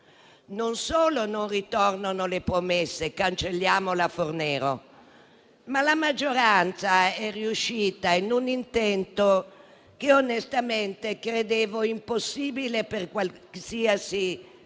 non solo non ritornano le promesse (cancelliamo la Fornero), ma la maggioranza è riuscita in un intento che onestamente credevo impossibile per qualsiasi